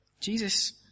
Jesus